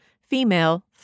Female